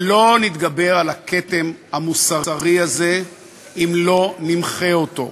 לא נתגבר על הכתם המוסרי הזה אם לא נמחה אותו.